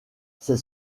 ses